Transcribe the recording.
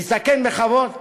להזדקן בכבוד,